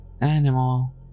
animal